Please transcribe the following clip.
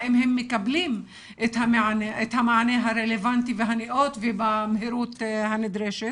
האם הם מקבלים את המענה הרלוונטי והנאות ובמהירות הנדרשת.